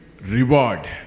reward